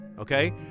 okay